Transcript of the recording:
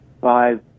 five